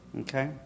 Okay